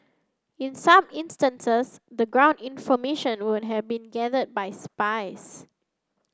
in some instances the ground information would have been gathered by spies